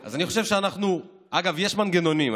אגב, יש מנגנונים.